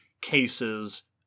cases